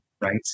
right